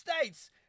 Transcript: States